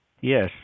Yes